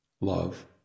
love